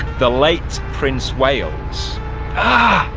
the late prince wales ah